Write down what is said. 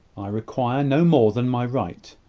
i require no more than my right.